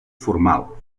formal